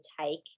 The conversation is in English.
take